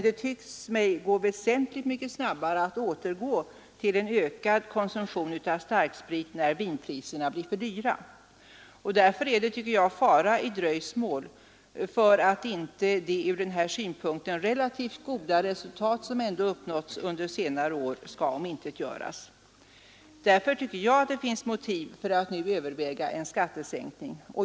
Det tycks mig gå väsentligt mycket snabbare att återgå till en ökad konsumtion av starksprit när vinpriserna blir för dyra. Därför är det, tycker jag, fara i ett dröjsmål. Det relativt goda resultat som ändå uppnåtts under senare år kan omintetgöras. Jag tycker alltså att det finns motiv för att nu överväga en skattesänkning.